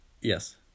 Yes